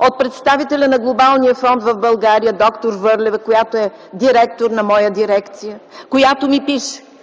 от представителя на Глобалния фонд в България д-р Върлева, която е директор на моя дирекция, която ми пише: